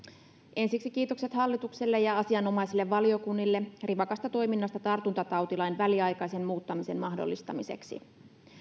ensiksi kiitokset hallitukselle ja asianomaisille valiokunnille rivakasta toiminnasta tartuntatautilain väliaikaisen muuttamisen mahdollistamiseksi